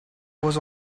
was